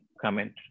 comment